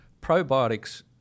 probiotics